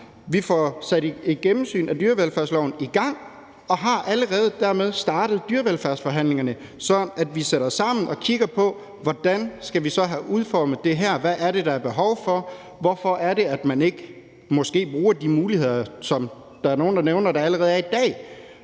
vi får sat et gennemsyn af dyrevelfærdsloven i gang og dermed allerede får startet dyrevelfærdsforhandlingerne, og sådan at vi sætter os sammen og kigger på, hvordan vi så skal have udformet det her, og hvad det er, der er behov for, og hvorfor det er, at man måske ikke bruger de muligheder, som der er nogle der nævner at der allerede er i dag